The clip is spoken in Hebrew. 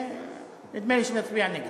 נדמה לי שנצביע נגד.